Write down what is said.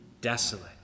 desolate